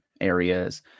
areas